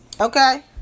Okay